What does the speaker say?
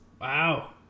wow